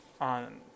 on